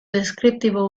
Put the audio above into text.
deskriptibo